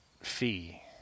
fee